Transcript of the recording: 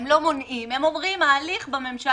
עם כל הכבוד,